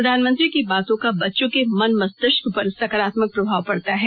प्रधानमंत्री की बातों का बच्चों के मन मस्तिष्क पर सकारात्मक प्रभाव पड़ता है